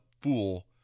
fool